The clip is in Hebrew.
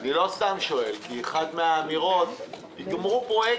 כי אם לא עכשיו זה ייגרר עוד מספר שנים